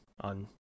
on